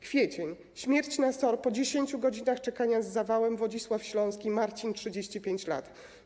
Kwiecień - śmierć na SOR po 10 godzinach czekania z zawałem, Wodzisław Śląski, Marcin, 35 lat.